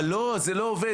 אבל לא, זה לא עובד.